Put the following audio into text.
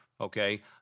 okay